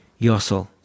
Yossel